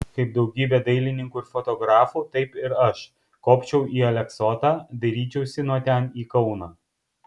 kaip daugybė dailininkų ir fotografų taip ir aš kopčiau į aleksotą dairyčiausi nuo ten į kauną